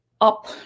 up